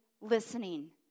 listening